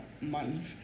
month